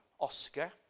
Oscar